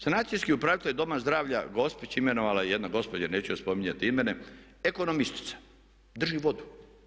Sanacijski upravitelj Doma zdravlja Gospić imenovala je jedna gospođa, neću joj spominjati ime, ekonomistica, drži vodu.